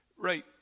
Right